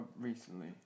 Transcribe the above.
recently